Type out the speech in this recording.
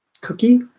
cookie